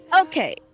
Okay